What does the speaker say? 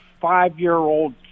five-year-old